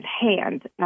hand